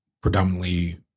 predominantly